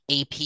AP